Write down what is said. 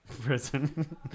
Prison